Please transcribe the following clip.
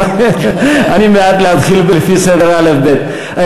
אני בעד להתחיל לפי סדר האל"ף-בי"ת.